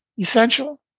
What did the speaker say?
essential